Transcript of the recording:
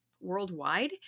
worldwide